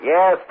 Yes